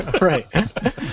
Right